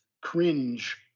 cringe